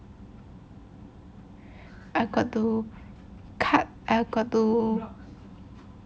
I got to cut I got to